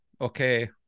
okay